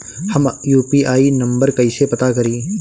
हम UPI number कइसे पता करी?